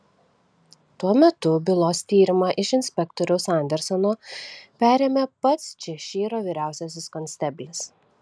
tuo metu bylos tyrimą iš inspektoriaus andersono perėmė pats češyro vyriausias konsteblis